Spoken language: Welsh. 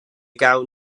gawn